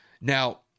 Now